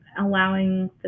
allowing